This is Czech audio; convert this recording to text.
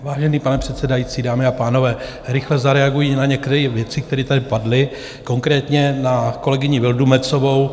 Vážený pane předsedající, dámy a pánové, rychle zareaguji na některé věci, které tady padly, konkrétně na kolegyni Vildumetzovou.